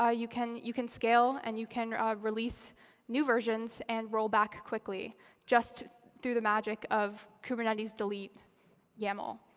ah you can you can scale, and you can release new versions and rollback quickly just through the magic of kubernetes delete yaml.